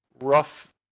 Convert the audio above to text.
Rough